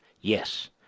Yes